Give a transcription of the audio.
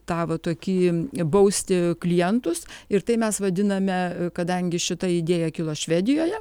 tą va tokį bausti klientus ir tai mes vadiname kadangi šita idėja kilo švedijoje